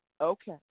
Okay